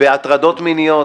בהטרדות מיניות,